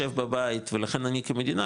אני לא רוצה שתשב בבית ולכן אני כמדינה,